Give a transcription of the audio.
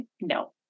no